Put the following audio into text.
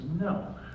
no